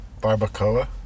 barbacoa